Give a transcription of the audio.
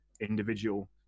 individual